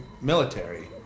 military